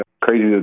crazy